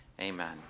Amen